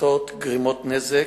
הצתות וגרימות נזק,